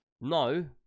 No